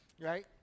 Right